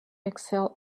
excel